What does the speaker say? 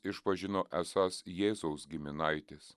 išpažino esąs jėzaus giminaitis